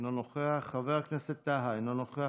אינו נוכח, חבר הכנסת טאהא, אינו נוכח.